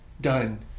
Done